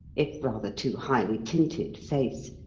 if rather too highly tinted face,